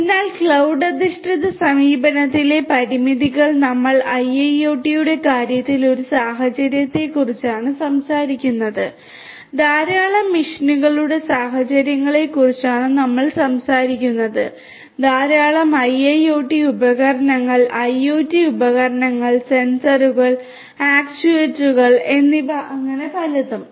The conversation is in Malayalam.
അതിനാൽ ക്ലൌഡ് അധിഷ്ഠിത സമീപനത്തിലെ പരിമിതികൾ നമ്മൾ IIoT യുടെ കാര്യത്തിൽ ഒരു സാഹചര്യത്തെക്കുറിച്ചാണ് സംസാരിക്കുന്നത് ധാരാളം മെഷീനുകളുടെ സാഹചര്യങ്ങളെക്കുറിച്ചാണ് നമ്മൾ സംസാരിക്കുന്നത് ധാരാളം IIoT ഉപകരണങ്ങൾ IoT ഉപകരണങ്ങൾ സെൻസറുകൾ ആക്യുവേറ്ററുകൾ എന്നിവ അങ്ങനെ പലതും